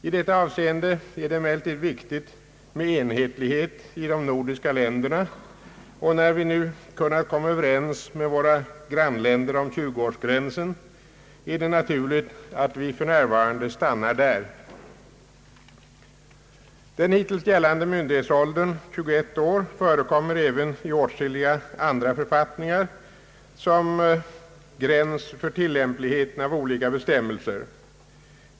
I detta avseende är det emellertid viktigt med enhetlighet i de nordiska länderna, och har vi nu kunnat komma överens med våra grannländer om 20-årsgränsen är det naturligt att vi för närvarande vill stanna där. Den hittills gällande myndighetsåldern, 21 år, förekommer även i åtskilliga andra författningar som gräns för tillämpligheten av olika bestämmelser.